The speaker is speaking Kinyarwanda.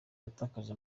yatakaje